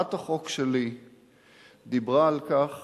הצעת החוק שלי דיברה על כך